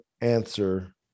answer